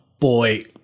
boy